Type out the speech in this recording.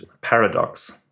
paradox